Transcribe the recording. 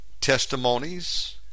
Testimonies